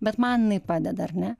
bet man jinai padeda ar ne